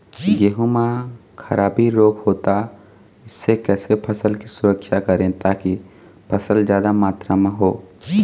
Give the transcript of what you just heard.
गेहूं म खराबी रोग होता इससे कैसे फसल की सुरक्षा करें ताकि फसल जादा मात्रा म हो?